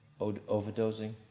overdosing